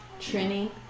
Trini